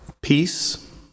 peace